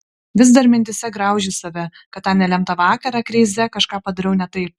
vis dar mintyse graužiu save kad tą nelemtą vakarą kreize kažką padariau ne taip